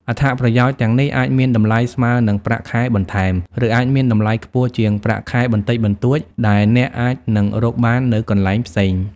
អត្ថប្រយោជន៍ទាំងនេះអាចមានតម្លៃស្មើនឹងប្រាក់ខែបន្ថែម ឬអាចមានតម្លៃខ្ពស់ជាងប្រាក់ខែបន្តិចបន្តួចដែលអ្នកអាចនឹងរកបាននៅកន្លែងផ្សេង។